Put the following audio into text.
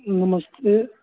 नमस्ते